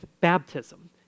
baptism